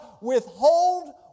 withhold